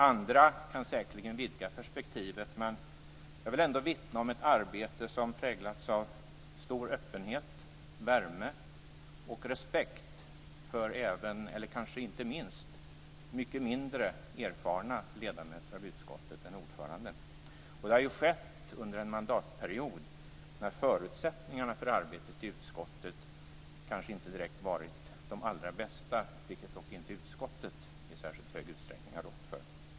Andra kan säkerligen vidga perspektivet, men jag vill ändå vittna om ett arbete som präglats av stor öppenhet, värme och respekt - även, och kanske inte minst, för mycket mindre erfarna ledamöter av utskottet än ordföranden. Det har också skett under en mandatperiod när förutsättningarna för utskottets arbete kanske inte varit de allra bästa, något som dock utskottet inte har rått för i särskilt stor utsträckning.